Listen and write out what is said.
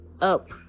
up